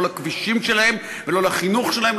לא לכבישים שלהם ולא לחינוך שלהם,